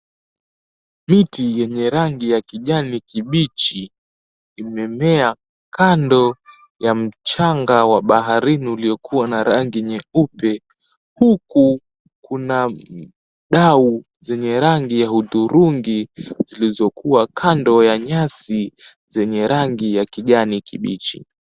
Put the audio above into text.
Miti yenye rangi ya kijani kibichi, imemea kando ya mchanga wa baharini uliokuwa na rangi nyeupe, huku kuna dau zenye rangi ya hudhurungi, zilizokuwa kando ya nyasi zenye rangi ya kijani kibichi.